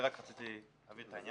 רק רציתי להבהיר את העניין הזה.